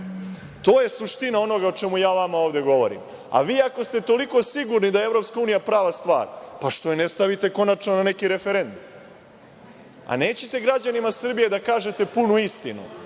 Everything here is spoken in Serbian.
To je suština onoga o čemu ja vama ovde govorim.A vi ako ste toliko sigurni da je Evropska unija prava stvar, zašto je ne stavite konačno na neki referendum. Nećete građanima Srbije da kažete punu istinu,